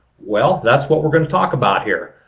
well that's what we're going to talk about here.